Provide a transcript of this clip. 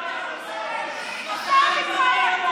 תודה.